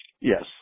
Yes